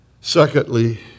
Secondly